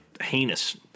heinous